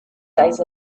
days